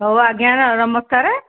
ହଉ ଆଜ୍ଞା ନମସ୍କାର